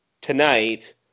tonight